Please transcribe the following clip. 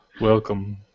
Welcome